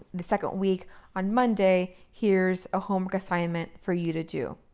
the second week on monday. here's a homework assignment for you to do,